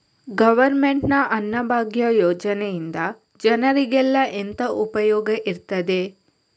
Government ನ ಅನ್ನಭಾಗ್ಯ ಯೋಜನೆಯಿಂದ ಜನರಿಗೆಲ್ಲ ಎಂತ ಉಪಯೋಗ ಇರ್ತದೆ?